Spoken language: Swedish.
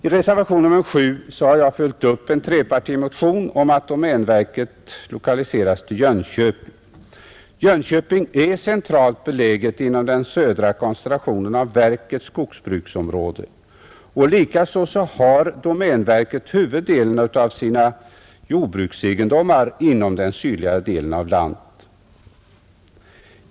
I reservationen 7 har jag följt upp en trepartimotion om att domänverket lokaliseras till Jönköping, som är centralt beläget inom den södra koncentrationen av verkets skogsbruksområde. Likaså har domän verket huvuddelen av sina jordbruksegendomar inom den sydligare delen av landet.